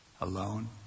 alone